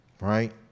Right